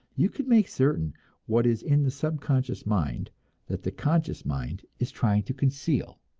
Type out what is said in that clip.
you can make certain what is in the subconscious mind that the conscious mind is trying to conceal.